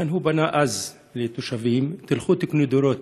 ולכן הוא פנה אז לתושבים: תלכו תקנו דירות,